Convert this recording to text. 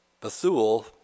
Bethuel